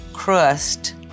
Crust